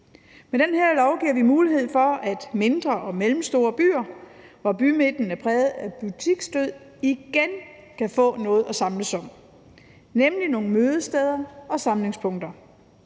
Med det her lovforslag giver vi mulighed for, at mindre og mellemstore byer, hvor bymidten er præget af butiksdød, igen kan få noget at samles om, nemlig nogle mødesteder og samlingspunkter.